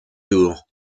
tour